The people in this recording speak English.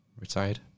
retired